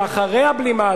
ואחרי הבלימה,